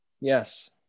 Yes